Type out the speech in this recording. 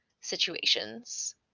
situations